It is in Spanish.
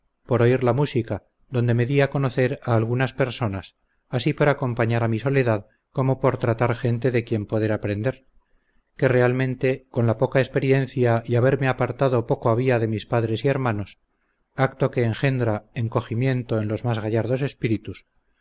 mayor por oír la música donde me di a conocer a algunas personas así por acompañar a mi soledad como por tratar gente de quien poder aprender que realmente con la poca experiencia y haberme apartado poco había de mis padres y hermanos acto que engendra encogimiento en los más gallardos espíritus